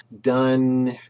done